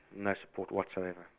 no support whatsoever.